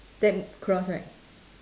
then cross right